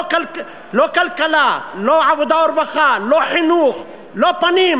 לא כלכלה, לא עבודה ורווחה, לא חינוך, לא פנים.